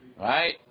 right